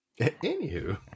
Anywho